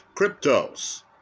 cryptos